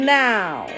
now